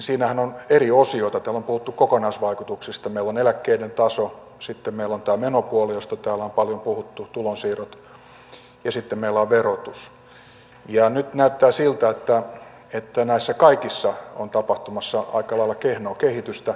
siinähän on eri osiot täällä on puhuttu kokonaisvaikutuksista meillä on eläkkeiden taso sitten meillä on tämä menopuoli josta täällä on paljon puhuttu tulonsiirrot ja sitten meillä on verotus ja nyt näyttää siltä että näissä kaikissa on tapahtumassa aika lailla kehnoa kehitystä